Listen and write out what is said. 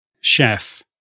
chef